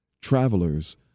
travelers